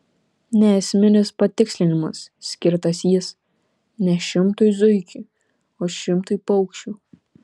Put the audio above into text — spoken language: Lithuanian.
neesminis patikslinimas skirtas jis ne šimtui zuikių o šimtui paukščių